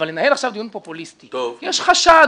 אבל לנהל עכשיו דיון פופוליסטי יש חשד.